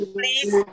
please